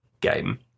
game